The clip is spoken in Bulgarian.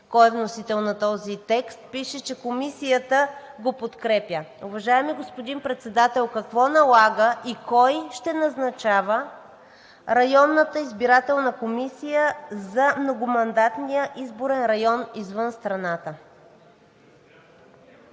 кой е вносител на този текст. Пише, че Комисията го подкрепя. Уважаеми господин Председател, какво налага и кой ще назначава районната избирателна комисия за многомандатния изборен район извън страната?